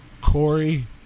Corey